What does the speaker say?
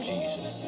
Jesus